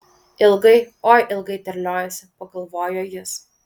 ilgai oi ilgai terliojasi pagalvojo jis